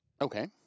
Okay